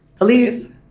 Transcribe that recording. Elise